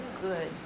good